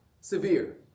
severe